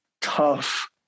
tough